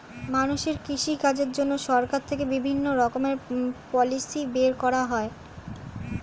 মানুষের কৃষি কাজের জন্য সরকার থেকে বিভিন্ন রকমের পলিসি বের করা হয়